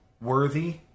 worthy